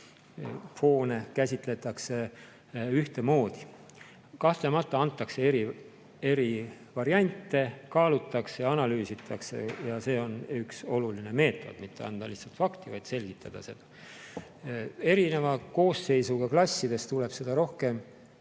foone käsitletakse ühtemoodi. Kahtlemata antakse eri variante, kaalutakse ja analüüsitakse ja see on üks oluline meetod: mitte anda lihtsalt fakti, vaid selgitada seda. Erineva koosseisuga klassides tuleb seda rohkem